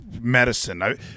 medicine